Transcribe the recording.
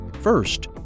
first